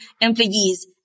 employees